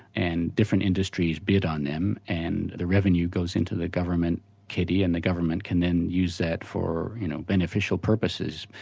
and different industries bid on them and the revenue goes into the government kitty and the government can then use that for you know beneficial purposes,